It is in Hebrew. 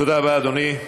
תודה רבה, אדוני.